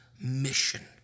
mission